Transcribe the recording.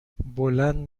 بلند